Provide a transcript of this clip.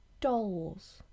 Dolls